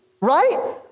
right